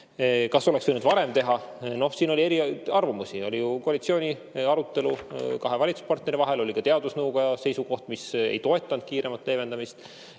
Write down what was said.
otsuseid] varem teha? Noh, siin oli erisuguseid arvamusi. Oli koalitsiooni arutelu kahe valitsuspartneri vahel ja oli ka teadusnõukoja seisukoht, mis ei toetanud kiiremat leevendamist.